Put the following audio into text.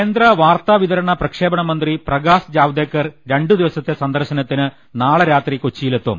കേന്ദ്ര വാർത്താ വിതരണ പ്രക്ഷേപണ മന്ത്രി പ്രകാശ് ജാവ്ദേക്കർ രണ്ടുദിവസത്തെ സന്ദർശനത്തിന് നാളെ രാത്രി കൊച്ചിയിലെത്തും